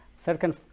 Certain